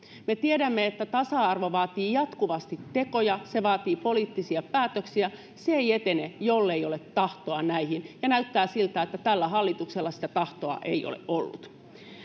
me tiedämme että tasa arvo vaatii jatkuvasti tekoja ja se vaatii poliittisia päätöksiä se ei etene jollei ole tahtoa näihin ja näyttää siltä että tällä hallituksella sitä tahtoa ei ole ollut